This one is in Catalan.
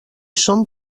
són